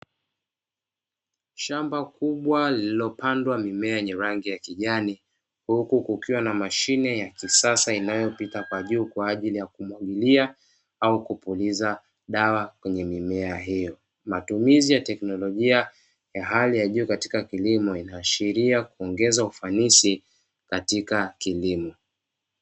Shamba kubwa lililopandwa mimea ya rangi ya kijani huku kukiwa na mashine ya kisasa inayopita kwa juu kwa ajili ya kumuingilia au kupuliza dawa kwenye mimea hiyo, matumizi ya teknolojia ya hali ya juu katika kilimo inaashiria kuongeza ufanisi katika kilimo.